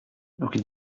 rue